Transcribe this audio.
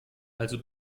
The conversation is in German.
also